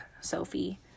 Sophie